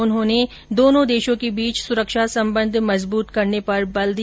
उन्होंने दोनों देशों के बीच सुरक्षा संबंध मजबूत करने पर बल दिया